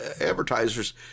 advertisers